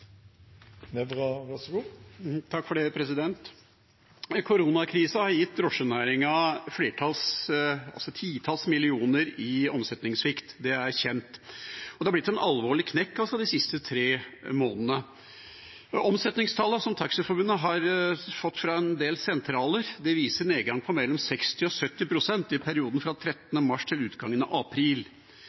Koronakrisa har gitt drosjenæringen titalls millioner i omsetningssvikt – det er kjent. Det har blitt en alvorlig knekk de siste tre månedene. Omsetningstallene som Taxiforbundet har fått fra en del sentraler, viser en nedgang på mellom 60 og 70 pst. i perioden fra 13. mars til utgangen av april.